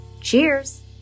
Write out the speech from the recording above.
Cheers